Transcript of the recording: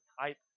type